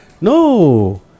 No